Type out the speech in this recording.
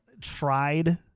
tried